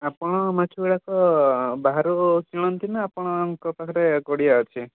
ଆପଣ ମାଛଗୁଡ଼ାକ ବାହାରୁ କିଣନ୍ତି ନା ଆପଣଙ୍କ ପାଖରେ ଗଡ଼ିଆ ଅଛି